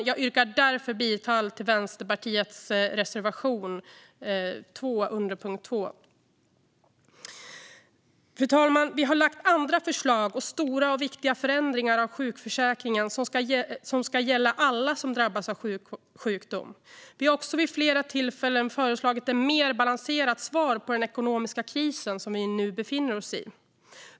Jag yrkar därför bifall till Vänsterpartiets reservation 2 under punkt 2. Fru talman! Vi har lagt fram andra förslag om stora och viktiga förändringar av sjukförsäkringen som ska gälla alla som drabbas av sjukdom. Vi har också vid flera tillfällen föreslagit ett mer balanserat svar på den ekonomiska kris som vi nu befinner oss i.